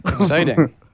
Exciting